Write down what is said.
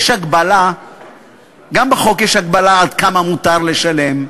יש הגבלה עד כמה מותר לשלם,